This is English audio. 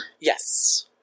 Yes